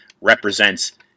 represents